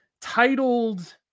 titled